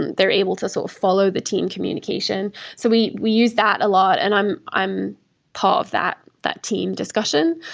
and they're able to sort of follow the team communication. so we we use that a lot, and i'm i'm part of that that team discussion.